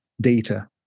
data